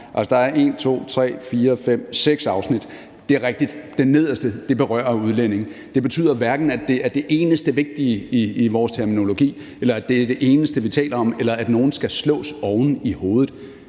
der er seks afsnit, og det er rigtigt, at det nederste berører udlændinge. Det betyder hverken, at det er det eneste vigtige i vores terminologi, eller at det er det eneste, vi taler om, eller at nogen skal slås oven i hovedet.